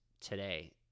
today